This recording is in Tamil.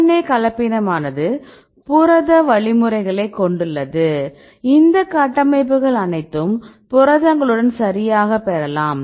RNA கலப்பினமானது புரத வழிமுறைகளைக் கொண்டுள்ளது இந்த கட்டமைப்புகள் அனைத்தையும் புரதங்களுடன் சரியாகப் பெறலாம்